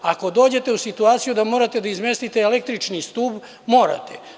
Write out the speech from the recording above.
Ako dođete u situaciju da morate da izmestite električni stub, morate.